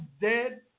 dead